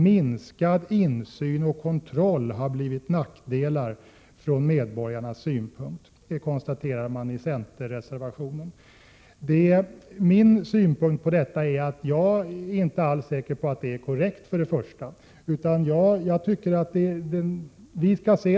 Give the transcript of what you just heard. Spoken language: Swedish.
Minskad insyn och kontroll har blivit nackdelar från medborgarnas synpunkt — det påstås i centerreservationen. Min synpunkt är att jag inte alls är säker på att det är korrekt.